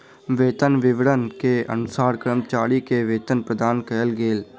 वेतन विवरण के अनुसार कर्मचारी के वेतन प्रदान कयल गेल